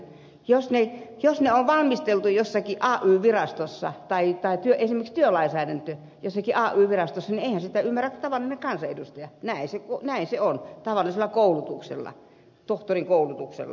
jos esimerkiksi työlainsäädäntö on valmisteltu jossakin ay virastossa niin eihän sitä ymmärrä tavallinen kansanedustaja näin se on tavallisella koulutuksella tai tohtorin koulutuksella vai mikä teillä on